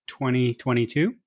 2022